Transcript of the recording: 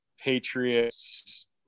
Patriots